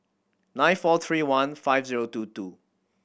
nine four three one five zero two two